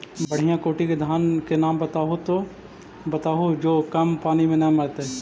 बढ़िया कोटि के धान के नाम बताहु जो कम पानी में न मरतइ?